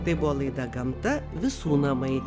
tai buvo laida gamta visų namai